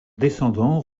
descendants